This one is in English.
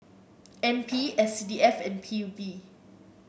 N P S C D F and P U B